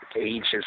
ages